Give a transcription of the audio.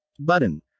Button